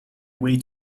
way